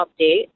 update